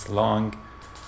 long